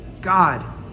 God